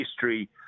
history